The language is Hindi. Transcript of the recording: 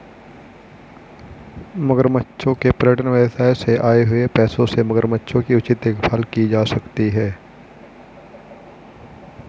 मगरमच्छों के पर्यटन व्यवसाय से आए हुए पैसों से मगरमच्छों की उचित देखभाल की जा सकती है